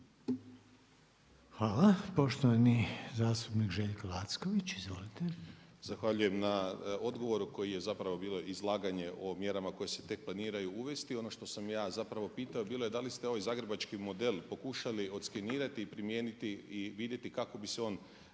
Hvala. Poštovani zastupnik Željko Lacković, izvolite. **Lacković, Željko (Nezavisni)** Zahvaljujem na odgovoru koji je zapravo bilo izlaganje o mjerama koje se tek planiraju uvesti. Ono što sam ja zapravo pitao je bilo da li ste ovaj zagrebački model pokušali odskenirati i primijeniti i vidjeti kako bi se on